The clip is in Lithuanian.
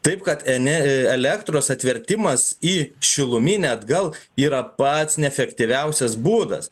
taip kad ene elektros atvertimas į šiluminę atgal yra pats neefektyviausias būdas